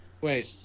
Wait